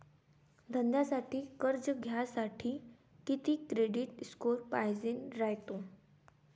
धंद्यासाठी कर्ज घ्यासाठी कितीक क्रेडिट स्कोर पायजेन रायते?